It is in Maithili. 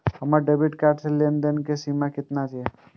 हमार डेबिट कार्ड के लेन देन के सीमा केतना ये?